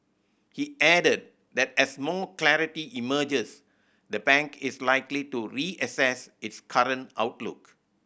he added that as more clarity emerges the bank is likely to reassess its current outlook